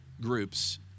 groups